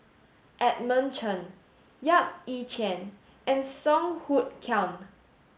Edmund Chen Yap Ee Chian and Song Hoot Kiam